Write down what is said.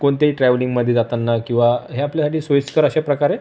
कोणत्याही ट्रॅव्हलिंगमध्ये जाताना किंवा हे आपल्यासाठी सोईस्कर अशा प्रकारे